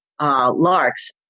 Larks